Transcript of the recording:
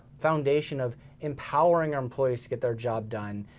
foundation of empowering our employees to get their job done,